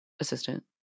assistant